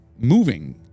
moving